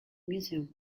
museum